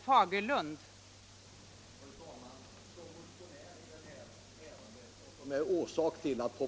Fru talman!